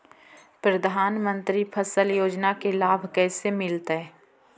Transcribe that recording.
प्रधानमंत्री फसल योजना के लाभ कैसे मिलतै?